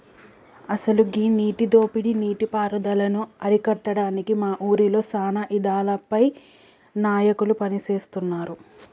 అసలు గీ నీటి దోపిడీ నీటి పారుదలను అరికట్టడానికి మా ఊరిలో సానా ఇదానాలపై నాయకులు పని సేస్తున్నారు